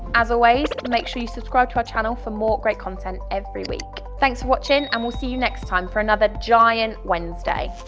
as always, make sure you subscribe to our channel for more great content every week. thanks for watching, and we'll see you next time for another giant wednesday!